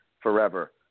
forever